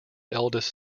eldest